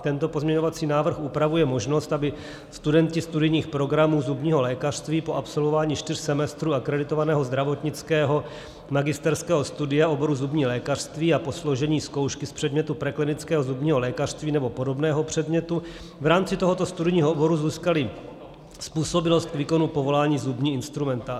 Tento pozměňovací návrh upravuje možnost, aby studenti studijních programů zubního lékařství po absolvování čtyř semestrů akreditovaného zdravotnického magisterského studia oboru zubní lékařství a po složení zkoušky z předmětu preklinického zubního lékařství nebo podobného předmětu v rámci tohoto studijního oboru získali způsobilost k výkonu povolání zubní instrumentářka.